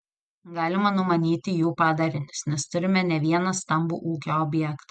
galima numanyti jų padarinius nes turime ne vieną stambų ūkio objektą